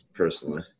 Personally